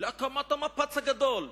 להקמת המפץ הגדול.